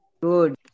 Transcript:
Good